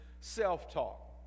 self-talk